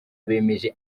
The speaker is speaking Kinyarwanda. bemeje